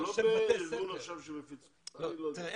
אבל לא בארגון שמפיץ --- זה בית ספר של בתי ספר.